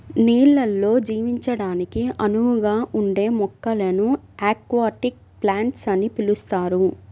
నీళ్ళల్లో జీవించడానికి అనువుగా ఉండే మొక్కలను అక్వాటిక్ ప్లాంట్స్ అని పిలుస్తారు